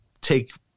take